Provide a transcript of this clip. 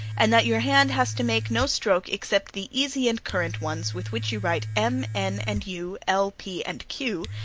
and that your hand has to make no stroke except the easy and current ones with which you write m, n, and u, l, p, and q,